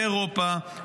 לאירופה,